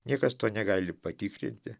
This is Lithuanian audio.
niekas to negali patikrinti